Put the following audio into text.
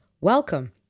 welcome